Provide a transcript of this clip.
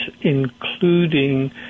including